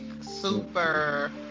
super